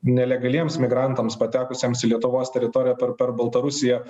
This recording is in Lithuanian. nelegaliems migrantams patekusiems į lietuvos teritoriją per per baltarusiją